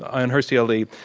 ah ah ayaan hirsi ali,